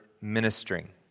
ministering